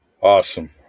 Awesome